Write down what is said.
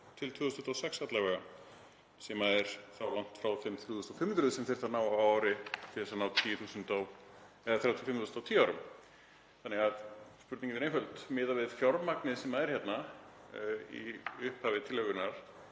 til 2026 alla vega, sem er langt frá þeim 3.500 sem þyrfti að ná á ári til að ná 35.000 á tíu árum. Þannig að spurningin er einföld: Miðað við fjármagnið sem kemur fram hérna í upphafi tillögunnar,